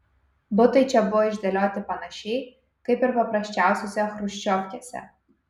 butai čia buvo išdėlioti panašiai kaip ir paprasčiausiose chruščiovkėse